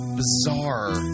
bizarre